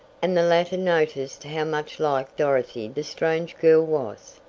and the latter noticed how much like dorothy the strange girl was.